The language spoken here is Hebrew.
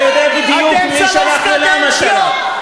אתה יודע בדיוק מי שלח ולמה שלח.